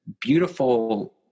beautiful